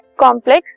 complex